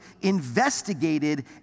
investigated